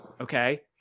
Okay